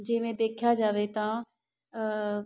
ਜਿਵੇਂ ਦੇਖਿਆ ਜਾਵੇ ਤਾਂ